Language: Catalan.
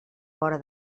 vora